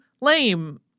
lame